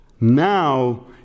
now